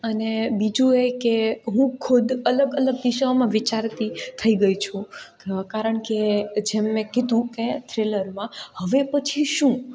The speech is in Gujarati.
અને બીજું એ કે હું ખુદ અલગ અલગ દિશાઓમાં વિચારતી થઈ ગઈ છું કારણ કે જેમ મેં કીધું કે થ્રિલરમાં હવે પછી શું